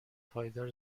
پایدار